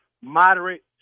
moderate